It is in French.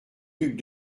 duc